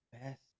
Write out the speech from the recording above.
best